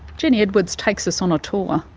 jenny edwards takes us on a tour.